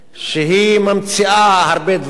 שהיא ממציאה הרבה דברים